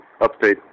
update